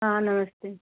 हाँ नमस्ते